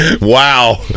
wow